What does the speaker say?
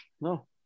No